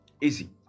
easy